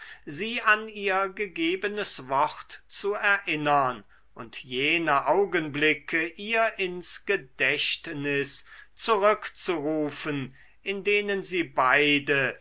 sie an ihr gegebenes wort zu erinnern und jene augenblicke ihr ins gedächtnis zurückzurufen in denen sie beide